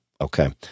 okay